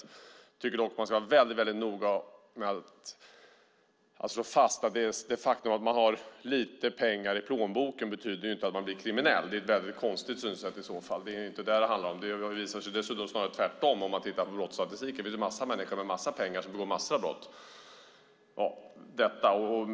Jag tycker dock att man ska vara väldigt noga med att slå fast att det faktum att man har lite pengar i plånboken inte betyder att man blir kriminell. Det är ett väldigt konstigt synsätt i så fall. Det är inte det det handlar om. Det visar sig dessutom snarare vara tvärtom; om man tittar på brottsstatistiken är det en massa människor med en massa pengar som begår massor av brott.